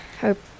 hope